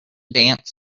dance